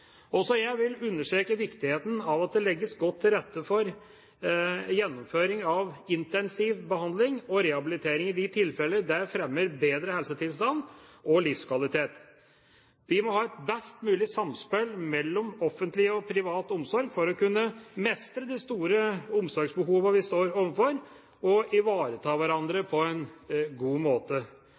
Også jeg vil understreke viktigheten av at det legges godt til rette for gjennomføring av intensiv behandling og rehabilitering i de tilfeller det fremmer bedre helsetilstand og livskvalitet. Vi må ha et best mulig samspill mellom offentlig og privat omsorg for å kunne mestre de store omsorgsbehovene vi står overfor, og ivareta hverandre på en god måte.